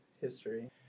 history